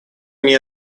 мне